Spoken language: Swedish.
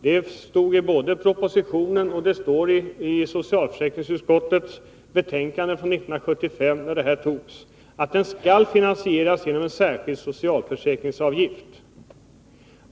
Det stod nämligen både i propositionen och i socialförsäkringsutskottets betänkande 1975, när beslutet om reformen fattades, att denna skall finansieras genom en särskild socialförsäkringsavgift.